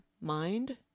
mind